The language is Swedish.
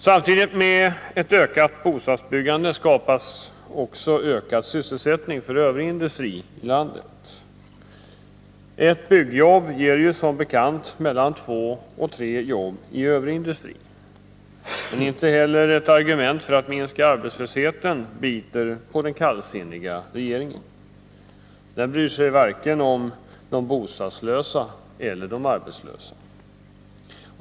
Samtidigt med ett ökat bostadsbyggande skapas också ökad sysselsättning för övrig industri i landet. Ett byggjobb ger mellan två och tre jobb i övrig industri. Men inte heller ett argument för att minska arbetslösheten biter på den kallsinniga regeringen. Den bryr sig varken om de bostadslösa eller de arbetslösa.